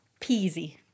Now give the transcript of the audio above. peasy